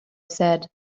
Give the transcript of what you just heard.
said